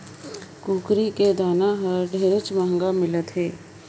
कुकरी के दाना हर ढेरेच महंगा मिलत हे